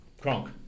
Kronk